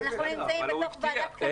אנחנו נמצאים בתוך ועדת כלכלה.